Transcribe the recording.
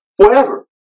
forever